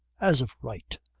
as of right.